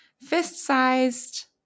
fist-sized